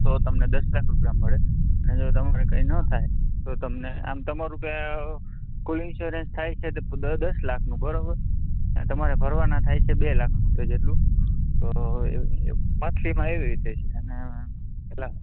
તો તમને દસ લાખ રૂપિયા મળે અને જો તમારે કંઈ ન થાય તો તમને આમ તમારું કુલ ઇન્શ્યોરન્સ થાય છે એ દસ લાખનું બરોબર તમારે ભરવાના થાય છે બે લાખ રૂપિયા જેટલું તો મંથલીમાં એવી રીતે છે અને પેલા